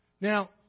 Now